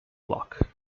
block